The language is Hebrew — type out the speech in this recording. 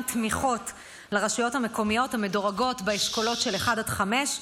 תמיכות לרשויות המקומיות המדורגות באשכולות 1 5,